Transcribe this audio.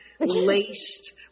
laced